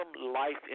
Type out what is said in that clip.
life